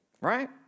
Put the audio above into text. right